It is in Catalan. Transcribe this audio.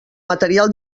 material